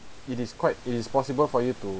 it is quite it is possible for you to